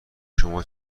شما